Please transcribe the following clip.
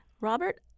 Robert